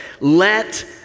Let